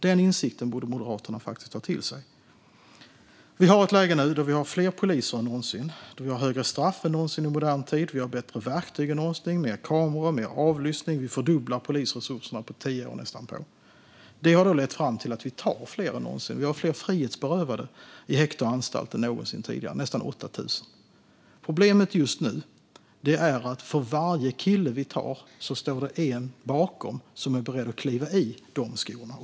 Den insikten borde Moderaterna faktiskt ta till sig. Vi har nu ett läge då vi har fler poliser än någonsin, högre straff än någonsin i modern tid, bättre verktyg än någonsin och mer kameror och avlyssning. Polisresurserna fördubblas på tio år. Detta har lett fram till att vi tar fler än någonsin. Vi har fler frihetsberövade i häkte och anstalt än någonsin tidigare - nästan 8 000. Problemet just nu är att för varje kille vi tar står det en bakom som är beredd att kliva i de skorna.